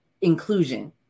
inclusion